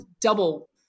double